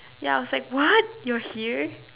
ya I was like what you're here